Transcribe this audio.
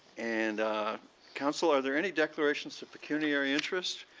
and council, are there any declarations of pecuniary interest.